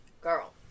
Girl